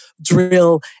drill